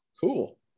Cool